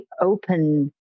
open